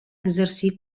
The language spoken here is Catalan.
exercir